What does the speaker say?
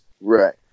Right